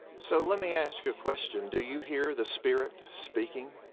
so let me ask you a question, do you hear the spirit speaking?